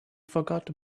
forgot